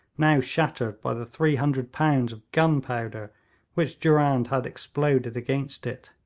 now shattered by the three hundred pounds of gunpowder which durand had exploded against it.